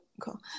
cool